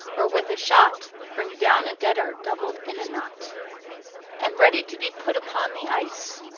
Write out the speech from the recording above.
or with a shot bring down a debtor doubled in a knot and ready to be put upon the ice.